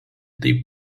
taip